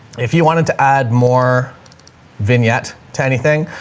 if you wanted to add more vignette to anything,